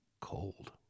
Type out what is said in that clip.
cold